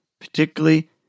particularly